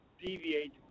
deviate